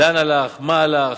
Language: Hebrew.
לאן הלך, מה הלך.